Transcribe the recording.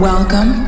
Welcome